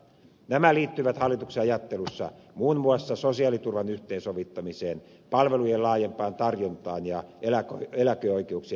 nämä liittyvät hallituksen ajattelussa muun muassa sosiaaliturvan yhteensovittamiseen palvelujen laajempaan tarjontaan ja eläkeoikeuksien turvaamiseen